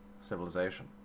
civilization